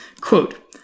Quote